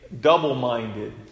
double-minded